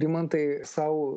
rimantai sau